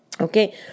okay